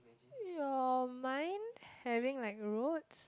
your mind having like roads